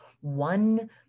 one